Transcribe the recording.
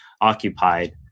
occupied